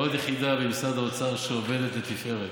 זו עוד יחידה במשרד האוצר שעובדת לתפארת.